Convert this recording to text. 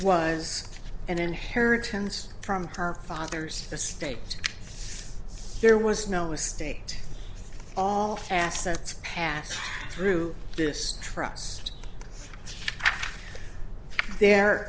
was an inheritance from her father's the state there was no estate all assets pass through this trust there